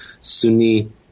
Sunni